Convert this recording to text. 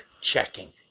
checking